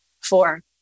Four